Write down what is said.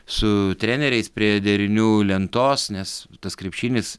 su treneriais prie derinių lentos nes tas krepšinis